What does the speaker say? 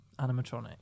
animatronic